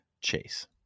Chase